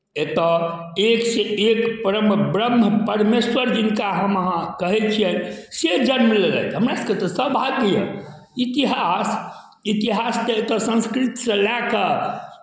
एतय एकसँ एक परम ब्रह्म परमेश्वर जिनका हम अहाँ कहै छियनि से जन्म लेलथि हमरासभके तऽ सौभाग्य यए इतिहास इतिहास तऽ एतय संस्कृतसँ लए कऽ